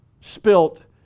spilt